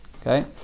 Okay